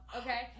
okay